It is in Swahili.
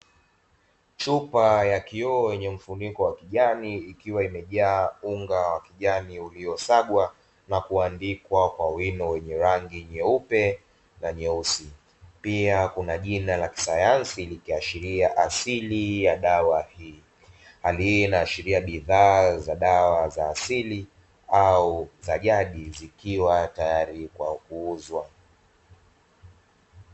Chupa ya kioo yenye mfuniko wa rangi ya kijani ikiwa imejaa unga wa kijani uliosagwa na kuandikwa kwa wino wenye rangi nyeupe na nyeusi pia una jina la kisayansi likiashiria asili ya dawa hii. Hali hii inaashiria bidhaa za dawa za asili au za jadi zikiwa tayari kwa kuuzwa.